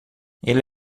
ele